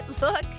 look